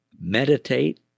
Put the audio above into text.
meditate